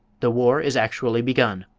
the war is actually begun!